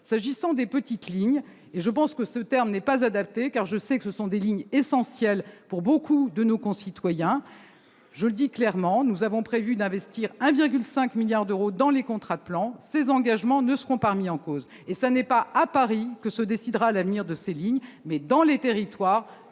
S'agissant des petites lignes- ce terme n'est pas adapté, car je sais que ce sont des lignes essentielles pour beaucoup de nos concitoyens -, je le dis clairement : nous avons prévu d'investir 1,5 milliard d'euros dans les contrats de plan. Ces engagements ne seront pas remis en cause. Ce n'est pas à Paris que se décidera l'avenir de ces lignes, mais dans les territoires,